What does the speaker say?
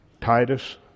Titus